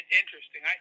interesting